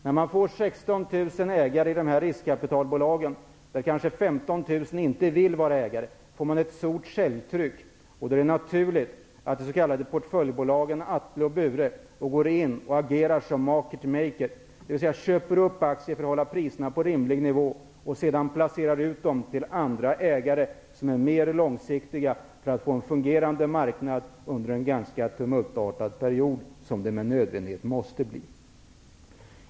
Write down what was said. När man i riskkapitalbolagen får 16 000 ägare av vilka kanske 15 000 inte vill vara ägare får man ett stort säljtryck, och då är det naturligt att de s.k. portföljbolagen Atle och Bure går in och agerar market maker, dvs. köper upp aktier och sedan placerar ut dem hos andra ägare som vill ha ett mer långsiktigt innehav. Detta gör man för att hålla priserna på rimlig nivå och för att få en fungerande marknad under en ganska tumultartad period, som det med nödvändighet måste bli.